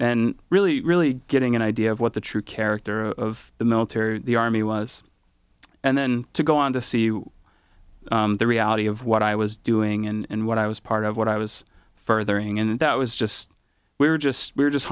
and really really getting an idea of what the true character of the military or the army was and then to go on to see the reality of what i was doing and what i was part of what i was furthering and that was just we're just we're just